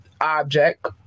object